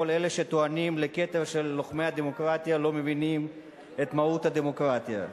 כל אלה שטוענים לכתר של לוחמי הדמוקרטיה לא מבינים את מהות הדמוקרטיה.